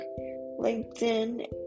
LinkedIn